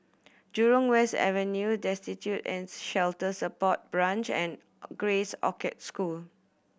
Jurong West Avenue Destitute and Shelter Support Branch and Grace Orchard School